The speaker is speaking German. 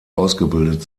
ausgebildet